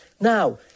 Now